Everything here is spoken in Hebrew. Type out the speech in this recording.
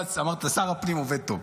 ואז אמרת ששר הפנים עובד טוב.